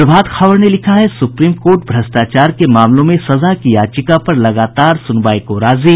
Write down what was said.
प्रभात खबर ने लिखा है स्प्रीम कोर्ट भ्रष्टाचार के मामलों में सजा की याचिका पर लगातार सुनवाई को राजी